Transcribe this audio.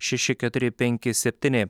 šeši keturi penki septyni